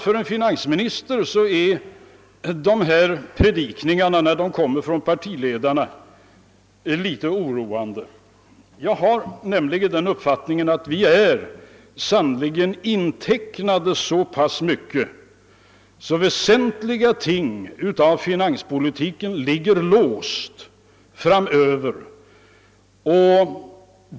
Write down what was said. För en finansminister är sådana predikningar från en partiledare litet oroande. Jag har nämligen den uppfattningen att vi sannerligen är intecknade så mycket att väsentliga ting i finanspolitiken ligger låsta framöver.